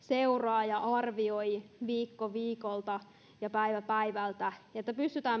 seuraa ja arvioi viikko viikolta ja päivä päivältä että pystytään